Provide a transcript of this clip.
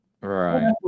Right